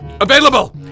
Available